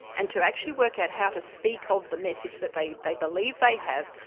and to actually work out how to speak of the message that they they believe they have,